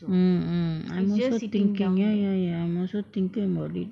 mm mm I'm also thinking ya ya ya I'm also thinking about it